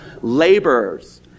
laborers